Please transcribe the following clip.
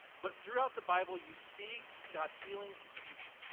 but throughout the bible you see god healing his people.